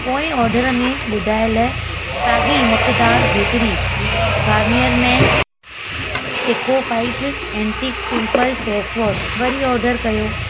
पोइ ऑडर में ॿुधायल साॻी मक़दार जेतिरी Garnier men acno fight anti pimple face wash वरी ऑडर कयो